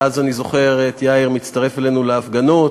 ואז אני זוכר את יאיר מצטרף אלינו להפגנות,